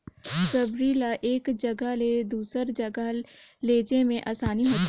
सबरी ल एक जगहा ले दूसर जगहा लेइजे मे असानी होथे